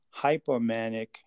hypomanic